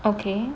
okay